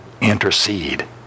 intercede